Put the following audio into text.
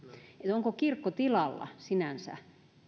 onko kirkkotilalla sinänsä